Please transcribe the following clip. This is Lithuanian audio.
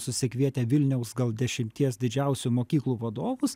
susikvietę vilniaus gal dešimties didžiausių mokyklų vadovus